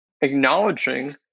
acknowledging